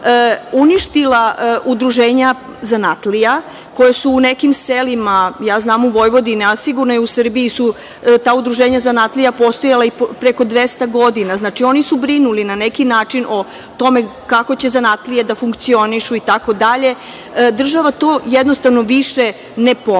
uništila udruženja zanatlija, koja su u nekim selima, ja znam u Vojvodini, a sigurno i u Srbiji su ta udruženja zanatlija postojala i preko 200 godina, znači, oni su brinuli na neki način o tome kako će zanatlije da funkcionišu itd. Država to jednostavno više ne pomaže.